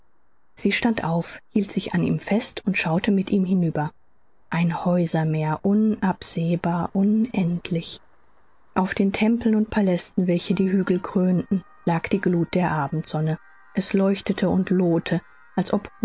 sie stand auf hielt sich an ihm fest und schaute mit ihm hinüber ein häusermeer unabsehbar unendlich auf den tempeln und palästen welche die hügel krönten lag die gluth der abendsonne es leuchtete und lohte als ob